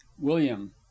william